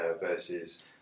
versus